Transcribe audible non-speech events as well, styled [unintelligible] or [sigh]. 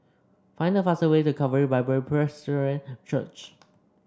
find the fastest way to Calvary Bible [unintelligible] Church